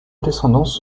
descendance